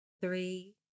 three